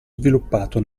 sviluppato